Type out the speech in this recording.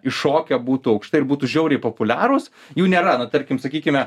iššokę būtų aukštai ir būtų žiauriai populiarūs jų nėra nu tarkim sakykime